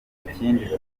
ikindi